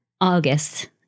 August